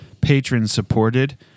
patron-supported